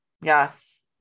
Yes